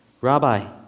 Rabbi